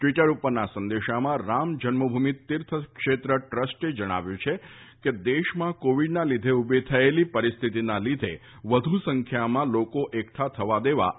Twitter ઉપરના સંદેશામાં રામ જન્મભૂમિ તીર્થક્ષેત્ર ટ્રસ્ટે જણાવ્યું છે કે દેશમાં કોવિડના લીધે ઊભી થયેલી પરિસ્થિતિના લીધે વધુ સંખ્યામાં લોકોને એકઠા થવા દેવા શક્ય નથી